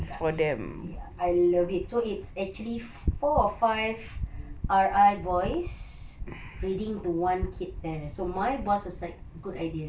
yup I love it so it's actually four or five R_I boys reading to one kid there so my boss was like good idea